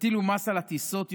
תטילו מס על טיסות יוצאות.